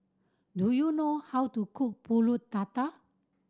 do you know how to cook Pulut Tatal